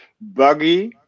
buggy